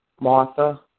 Martha